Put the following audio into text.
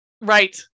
right